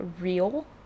real